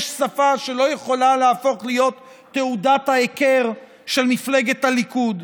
יש שפה שלא יכולה להפוך תעודת ההיכר של מפלגת הליכוד?